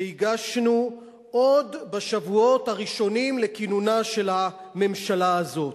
שהגשנו עוד בשבועות הראשונים לכינונה של הממשלה הזאת.